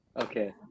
okay